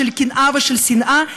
של קנאה ושל שנאה.